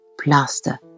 plaster